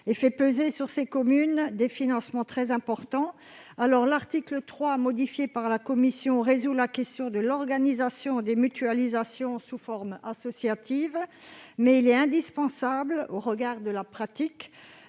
elle fait peser sur les communes le poids de financements très importants. L'article 3, modifié par la commission, résout la question de l'organisation des mutualisations sous forme associative, mais il nous semble indispensable, au regard de la pratique,